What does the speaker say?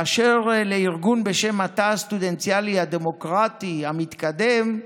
באשר לארגון בשם "התא הסטודנטיאלי הדמוקרטי המתקדם",